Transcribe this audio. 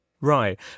Right